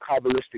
Kabbalistic